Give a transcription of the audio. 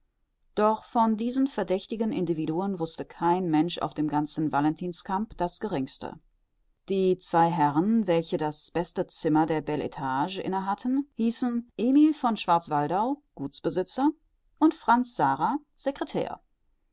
doch von diesen verdächtigten individuen wußte kein mensch auf dem ganzen valentinskamp das geringste die zwei herren welche das beste zimmer der bel etage inne hatten hießen emil von schwarzwaldau gutsbesitzer und franz sara secretair